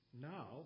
Now